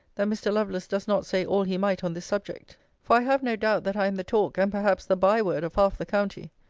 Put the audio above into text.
that mr. lovelace does not say all he might on this subject for i have no doubt that i am the talk, and perhaps the bye-word of half the county.